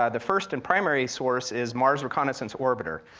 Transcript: ah the first and primary source is mars reconnaissance orbiter,